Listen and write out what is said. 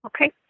Okay